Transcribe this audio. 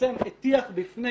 בעצם הטיח בפני